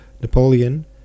Napoleon